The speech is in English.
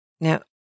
Now